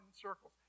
circles